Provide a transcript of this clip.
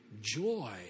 joy